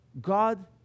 God